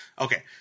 Okay